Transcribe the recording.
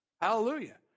Hallelujah